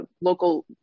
local